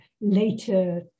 later